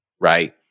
right